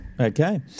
Okay